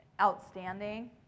outstanding